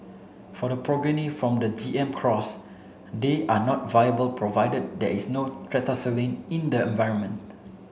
for the progeny from the G M cross they are not viable provided there is no tetracycline in the environment